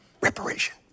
Reparation